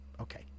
Okay